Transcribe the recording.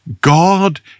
God